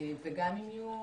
וגם אם יהיו